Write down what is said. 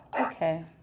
Okay